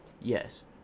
Yes